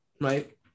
right